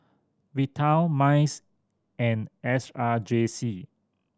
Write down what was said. Vital MICE and S R J C